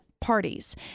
parties